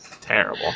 Terrible